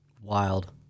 Wild